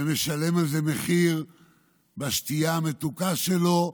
ומשלם על זה מחיר בשתייה המתוקה שלו,